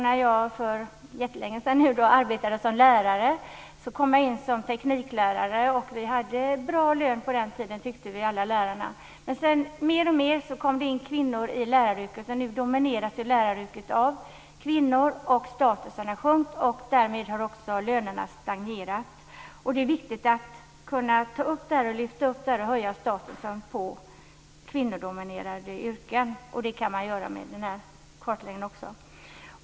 När jag för länge sedan arbetade som tekniklärare hade vi bra lön, tyckte vi alla lärare. Sedan kom det in fler och fler kvinnor i läraryrket, och nu domineras det av kvinnor. Statusen och sjunkit och därmed har också lönerna stagnerat. Det är viktigt att lyfta fram detta och höja statusen på kvinnodominerade yrken, vilket man kan göra med denna kartläggning.